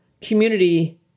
community